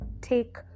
take